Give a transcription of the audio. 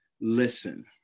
listen